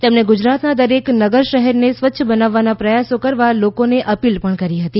તેમણે ગુજરાતનાં દરેક નગર શહેરને સ્વચ્છ બનાવવા ના પ્રયાસો કરવા લોકોને અપીલ કરી હતી